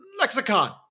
lexicon